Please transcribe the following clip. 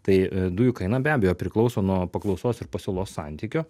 tai dujų kaina be abejo priklauso nuo paklausos ir pasiūlos santykio